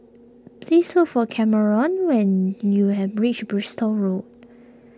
please look for Kamron when you have reach Bristol Road